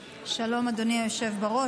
שלום, אדוני היושב-ראש.